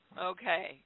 Okay